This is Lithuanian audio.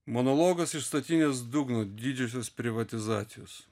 monologas iš statinės dugno didžiosios privatizacijos